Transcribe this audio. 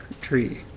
tree